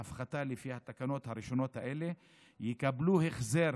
להפחתה לפי התקנות הראשונות האלה יקבלו החזר